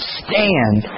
stand